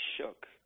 shook